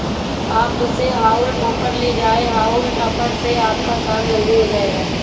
आप मुझसे हॉउल टॉपर ले जाएं हाउल टॉपर से आपका काम जल्दी हो जाएगा